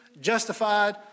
justified